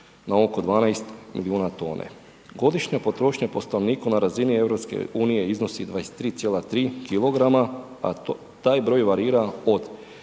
na oko 12 milijuna tone. Godišnja potrošnja po stanovniku na razini EU-a iznosi 23,3% kg a taj broj varira od